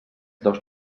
dos